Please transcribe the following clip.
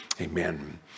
amen